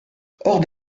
hors